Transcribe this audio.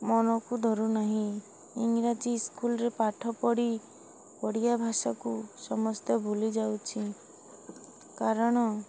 ମନକୁ ଧରୁ ନାହିଁ ଇଂରାଜୀ ସ୍କୁଲରେ ପାଠ ପଢ଼ି ଓଡ଼ିଆ ଭାଷାକୁ ସମସ୍ତେ ଭୁଲି ଯାଉଛି କାରଣ